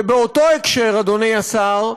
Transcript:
ובאותו הקשר, אדוני השר,